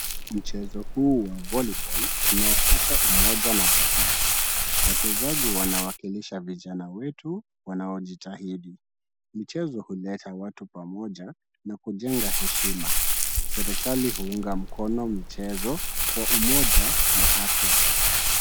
Mchezo huu wa volleyball unaonyesha umoja na bidii, wachezaji wanawakilisha vijana wetu wanaojitahidi ,michezo huleta watu pamoja na kujenga heshima , serikali huunga mkono michezo kwa umoja na afya.